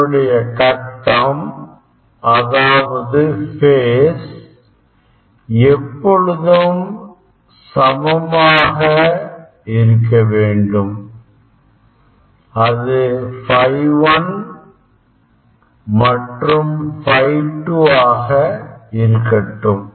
அதனுடைய கட்டம் அதாவது ஃபேஸ் எப்பொழுதும் சமமாக இருக்க வேண்டும் அது ∅ 1 மற்றும் ∅2 ஆக இருக்கட்டும்